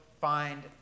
find